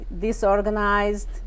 disorganized